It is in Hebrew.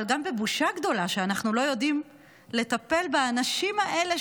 אבל גם בבושה גדולה שאנחנו לא יודעים לטפל באנשים האלה,